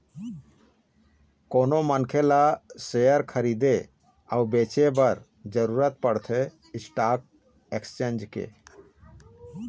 कोनो मनखे ल सेयर खरीदे अउ बेंचे बर जरुरत पड़थे स्टाक एक्सचेंज के